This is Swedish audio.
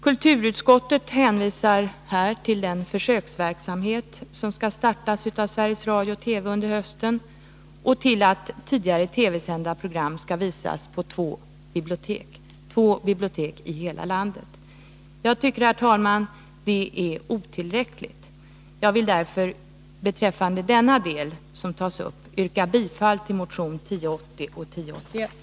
Kulturutskottet hänvisar till den försöksverksamhet som skall startas av Sveriges TV under hösten och till att tidigare sända TV-program skall visas på två bibliotek — två bibliotek i hela landet. Jag anser detta helt otillräckligt. Beträffande denna del yrkar jag därför bifall till motion 1081.